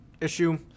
issue